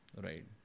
Right